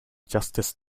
justice